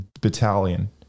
battalion